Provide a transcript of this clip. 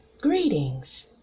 Greetings